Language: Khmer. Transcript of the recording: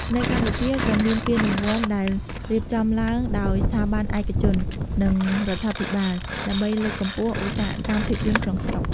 នៅកម្ពុជា ក៏មានពានរង្វាន់ដែលរៀបចំឡើងដោយស្ថាប័នឯកជន និងរដ្ឋាភិបាល ដើម្បីលើកកម្ពស់ឧស្សាហកម្មភាពយន្តក្នុងស្រុក។